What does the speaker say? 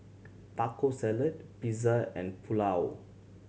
Taco Salad Pizza and Pulao